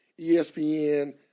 ESPN